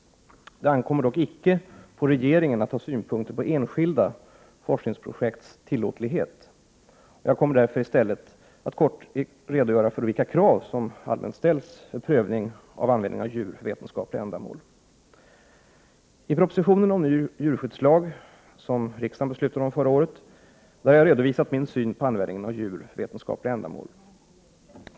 Det ankommer dock icke på regeringen att ha synpunkter på enskilda forskningsprojekts tillåtlighet. Jag kommer i stället att i korthet redogöra för vilka krav som allmänt ställs vid prövning av användning av djur för vetenskapliga ändamål. I regeringens proposition om djurskyddslag, vilken riksdagen beslutade om förra året, har jag redovisat min syn på användningen av djur för vetenskapliga ändamål.